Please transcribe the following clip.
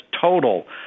total